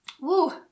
Woo